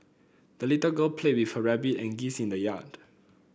the little girl played with her rabbit and geese in the yard